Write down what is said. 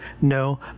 No